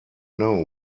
know